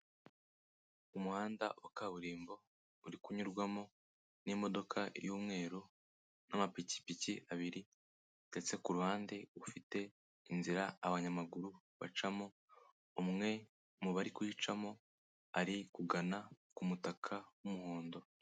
Umuhanda wa kaburimbo uri kunyurwamo n'imodoka y'umweru n'amapikipiki abiri ndetse ku ruhande ufite inzira abanyamaguru bacamo, umwe mu bari kuyicamo ari kugana ku mutaka w'umuhondo.